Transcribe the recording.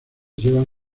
llevan